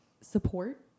support